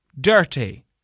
Dirty